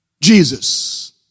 jesus